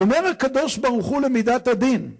ומר הקדוש ברוכו למידת הדין